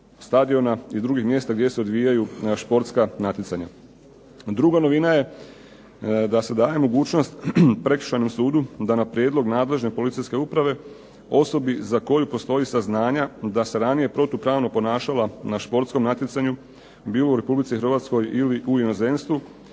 stadiona i drugih mjesta gdje se odvijaju športska natjecanja. Druga novina je da se daje mogućnost Prekršajnom sudu da na prijedlog nadležne policijske uprave osobi za koju postoji saznanja da se ranije protupravno ponašala na športskom natjecanju bilo u Republici Hrvatskoj ili u inozemstvu